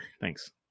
Thanks